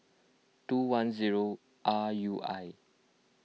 two one zero R U I